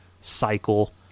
cycle